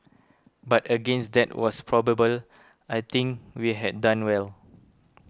but against that was probable I think we had done well